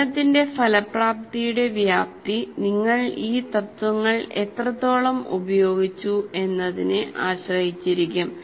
പഠനത്തിന്റെ ഫലപ്രാപ്തിയുടെ വ്യാപ്തി നിങ്ങൾ ഈ തത്ത്വങ്ങൾ എത്രത്തോളം ഉപയോഗിച്ചു എന്നതിനെ ആശ്രയിച്ചിരിക്കും